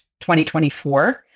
2024